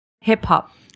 hip-hop